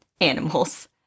animals